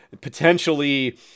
potentially